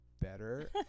better